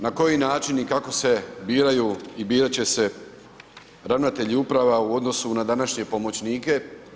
Na koji način i kako se biraju i birat će se ravnatelji uprava u odnosu na današnje pomoćnike?